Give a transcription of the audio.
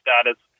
status